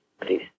please